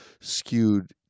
skewed